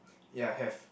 ya have